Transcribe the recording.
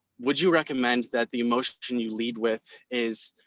would you recommend that the emotion you lead with is.